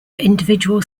individual